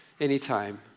Anytime